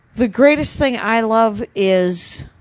the greatest thing i love is,